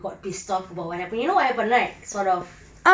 got pissed off about what happened you know what happened right sort of